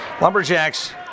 Lumberjacks